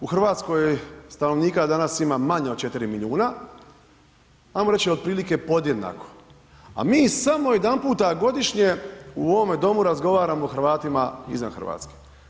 U Hrvatskoj stanovnika danas ima manje od 4 milijuna, hajmo reći otprilike podjednako, a mi samo jedanputa godišnje u ovome domu razgovaramo o Hrvatima izvan Hrvatske.